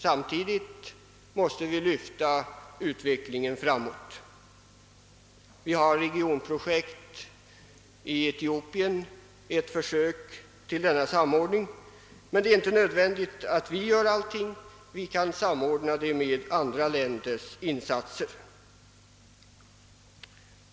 Samtidigt måste vi lyfta utvecklingen framåt. Vi har ett regionprojekt i Etiopien som är ett försök till sådan samordning. Det är emellertid inte nödvändigt att vi gör allting själva, utan vi kan samordna arbetet med andra länders insatser.